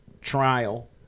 trial